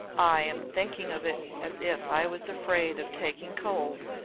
i am thinking of it as if i was afraid of taking cold,